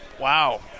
Wow